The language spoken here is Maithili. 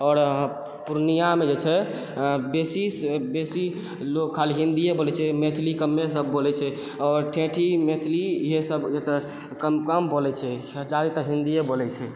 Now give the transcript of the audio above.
आओर पूर्णियामे जे छै बेसी सँ बेसी लोक खाली हिन्दिये बोलै छै मैथिली कमे सब बोलै छै आओर ठेठी मैथिली इहे सब एतऽ कम कम बोलै छै जादातर हिन्दिये बोलै छै